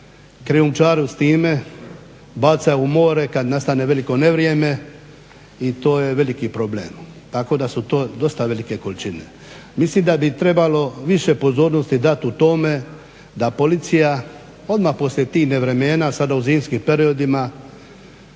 krijumčare s time, bacaju u more kad nastane veliko nevrijeme i to je veliki problem. Tako da su to dosta velike količine. Mislim da bi trebalo više pozornosti dat u tome da policija odmah poslije tih nevremena, sada u zimskim periodima